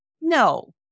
No